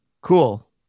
cool